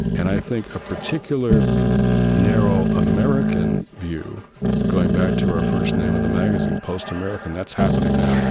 and i think a particular narrow american view going back to our first name in the magazine, post american that's happening now.